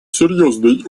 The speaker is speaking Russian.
серьезный